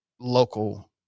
local